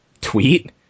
Tweet